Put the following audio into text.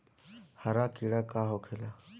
हरा कीड़ा का होखे ला?